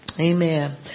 Amen